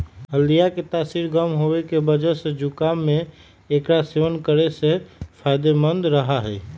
हल्दीया के तासीर गर्म होवे के वजह से जुकाम में एकरा सेवन करे से फायदेमंद रहा हई